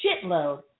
shitload